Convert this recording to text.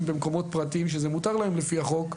במקומות פרטיים שזה מותר להם לפי החוק,